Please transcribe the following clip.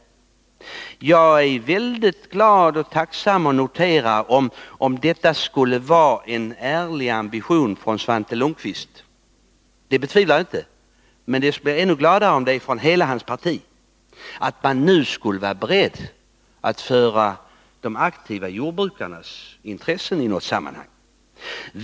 Jag är dock väldigt glad och tacksam att kunna notera det förändrade ställningstagandet, om det nu är en ärlig ambition hos Svante Lundkvist. Men jag skulle bli ännu gladare om det gällde hela hans parti och om man nu där skulle vara beredd att arbeta för de aktiva jordbrukarnas intressen i något sammanhang.